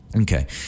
Okay